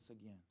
again